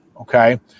Okay